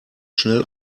schnell